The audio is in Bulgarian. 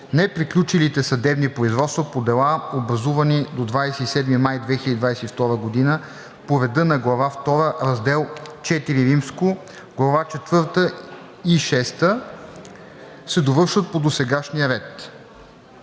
Неприключилите съдебни производства по дела, образувани до 27 май 2022 г. по реда на глава втора, раздел IV, глава четвърта и шеста, се довършват по досегашния ред.“